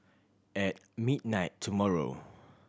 at midnight tomorrow